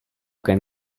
can